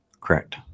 Correct